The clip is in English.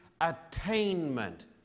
attainment